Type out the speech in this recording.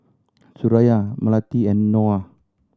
Suraya Melati and Noah